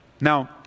Now